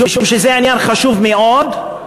משום שזה עניין חשוב מאוד,